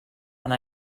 and